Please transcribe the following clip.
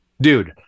Dude